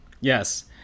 Yes